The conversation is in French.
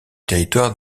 territoire